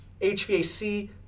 HVAC